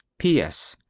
p s.